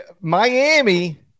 Miami